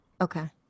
Okay